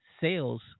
sales